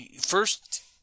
first